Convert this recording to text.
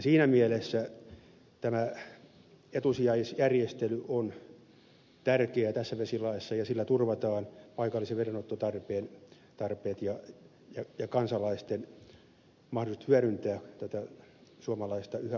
siinä mielessä tämä etusijajärjestely on tärkeää tässä vesilaissa ja sillä turvataan paikalliset vedenottotarpeet ja kansalaisten mahdollisuudet hyödyntää tätä suomalaista yhä arvokkaampaa varallisuutta